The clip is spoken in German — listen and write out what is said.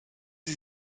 sie